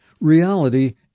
reality